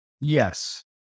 Yes